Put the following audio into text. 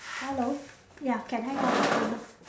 hello ya can hang up the phone